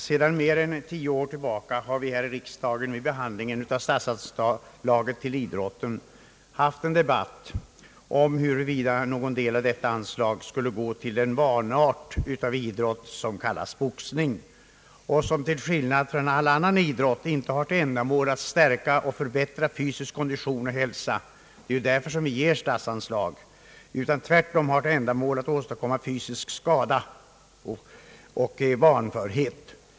Sedan mer än tio år tillbaka har vi här i riksdagen vid behandlingen av statsanslaget till idrotten debatterat, huruvida någon del av detta anslag skulle gå till den vanart av idrott som kallas boxning och som till skillnad från all annan idrott inte har till ändamål att stärka och förbättra fysisk kondition och hälsa — det är ju därför vi ger statsanslag — utan tvärtom har till ändamål att åstadkomma fysisk skada och vanförhet.